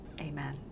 Amen